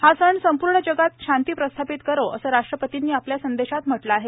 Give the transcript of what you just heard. हा सण संपूर्ण जगात शांती प्रस्थापित करो असं राष्ट्रपतींनी आपल्या संदेशात म्हटलं आहे